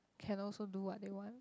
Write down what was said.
can also do what they want